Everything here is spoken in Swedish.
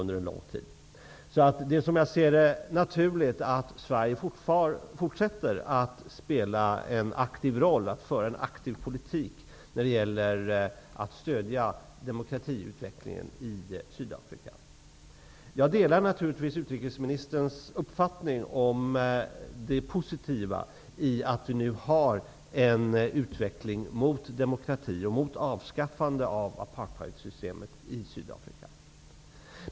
Det är därför, som jag ser det, naturligt att Sverige fortsätter att spela en aktiv roll och föra en aktiv politik när det gäller att stödja demokratiutvecklingen i Sydafrika. Jag delar naturligtvis utrikesministerns uppfattning om det positiva i att vi nu har en utveckling mot demokrati och mot avskaffande av apartheidsystemet i Sydafrika.